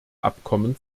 abkommen